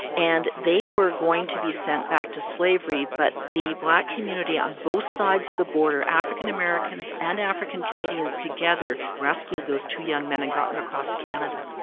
and they were going to be sent back to slavery, but the black community on both sides of the border african americans and african canadians together rescued those two young men and got them across canada.